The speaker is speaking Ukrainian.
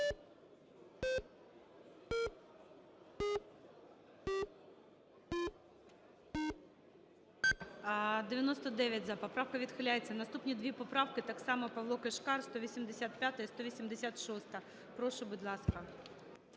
За-99 Поправка відхиляється. Наступні дві поправки - так само Павло Кишкар: 185-а і 186-а. прошу, будь ласка.